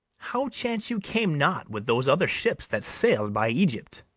how chance you came not with those other ships that sail'd by egypt?